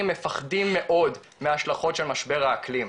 מפחדים מאוד מההשלכות של משבר האקלים,